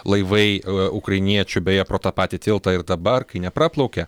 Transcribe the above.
laivai ukrainiečių beje pro tą patį tiltą ir dabar kai nepraplaukia